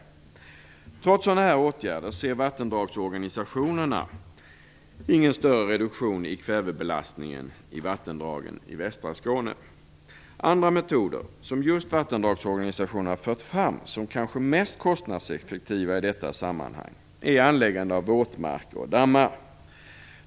Trots sådana åtgärder ser vattendragsorganisationerna ingen större reduktion i kvävebelastningen i vattendragen i västra Skåne. Andra metoder, som just vattendragsorganisationerna har föreslagit som kanske mest kostnadseffektiva i detta sammanhang är anläggande av våtmarker och dammar.